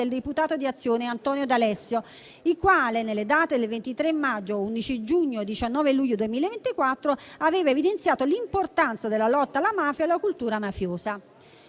del deputato di azione Antonio D'Alessio, il quale, nelle date del 23 maggio, 11 giugno e 19 luglio 2024, aveva evidenziato l'importanza della lotta alla mafia e alla cultura mafiosa.